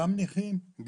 גם נכים,